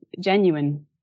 genuine